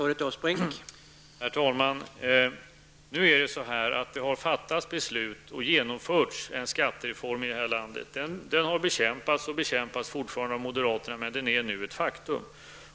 Herr talman! Det har fattats beslut om en skattereform, och det har genomförts en skattereform i detta land. Den har bekämpats och bekämpas fortfarande av moderaterna, men den är nu ett faktum.